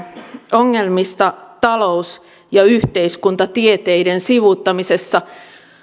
ongelmista talous ja yhteiskuntatieteiden sivuuttamisessa